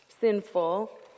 sinful